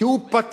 כי הוא פתח